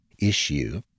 issue